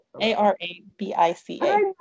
a-r-a-b-i-c-a